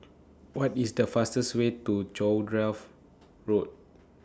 What IS The fastest Way to Cowdray Road